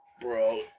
bro